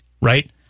right